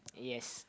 yes